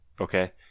Okay